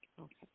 Okay